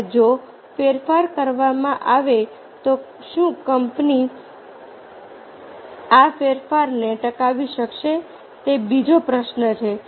અને જો ફેરફાર કરવામાં આવે તો શું કંપની આ ફેરફારને ટકાવી શકશે તે બીજો પ્રશ્ન છે